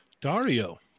Dario